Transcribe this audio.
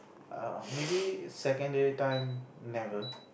err maybe secondary time never